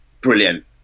Brilliant